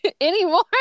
Anymore